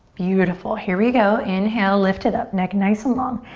beautiful, here we go, inhale, lift it up, neck nice and long.